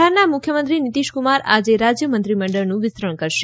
બિહારના મુખ્યમંત્રી નિતીશક્રમાર આજે રાજ્ય મંત્રીમંડળનું વિસ્તરણ કરશે